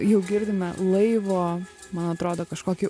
jau girdime laivo man atrodo kažkokį